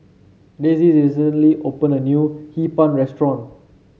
Dezzie recently open a new Hee Pan restaurant